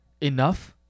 enough